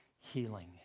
healing